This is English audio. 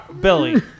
Billy